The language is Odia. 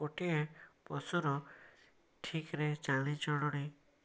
ଗୋଟିଏ ପଶୁର ଠିକରେ ଚାଲିଚଳଣି